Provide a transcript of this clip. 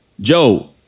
Joe